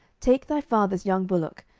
take thy father's young bullock,